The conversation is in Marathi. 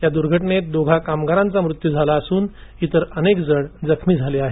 या दुर्घटनेत दोघां कामगारांचा मृत्यू झाला असून इतर अनेक जण जखमी झाले आहेत